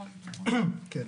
כן.